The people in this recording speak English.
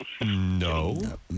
No